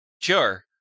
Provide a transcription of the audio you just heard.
sure